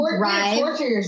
Right